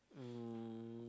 um